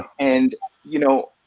and you know,